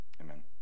Amen